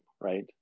right